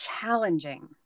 challenging